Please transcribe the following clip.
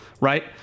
Right